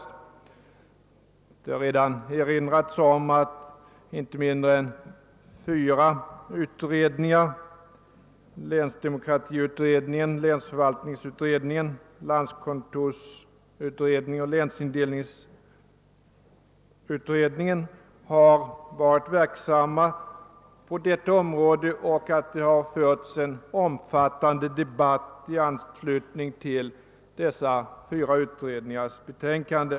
Tidigare talare har redan erinrat om att inte mindre än fyra utredningar — länsdemokratiutredningen, = länsförvaltningsutredningen, landskontorsutredningen, och länsindelningsutredningen — har varit verksamma på detta område och att det förts en omfattande debatt i anslutning till dessa fyra utredningars betänkande.